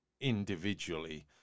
individually